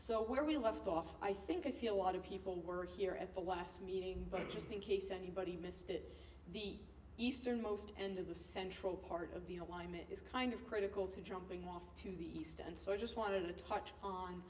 so where we left off i think i see a lot of people were here at the last meeting but just in case anybody missed it the easternmost end of the central part of the alignment is kind of critical to jumping off to the east and so i just want to touch on